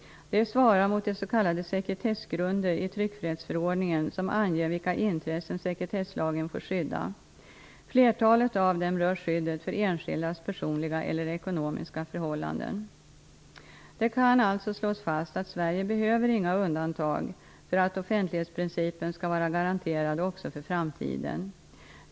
De svarar mot de s.k. sekretessgrunder i tryckfrihetsförordningen som anger vilka intressen sekretesslagen får skydda. Flertalet av dem rör skyddet för enskildas personliga eller ekonomiska förhållanden. Det kan alltså slås fast att Sverige behöver inga undantag för att offentlighetsprincipen skall vara garanterad också för framtiden.